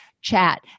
chat